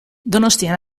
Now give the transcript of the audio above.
donostian